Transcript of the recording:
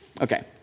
Okay